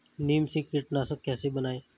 नीम से कीटनाशक कैसे बनाएं?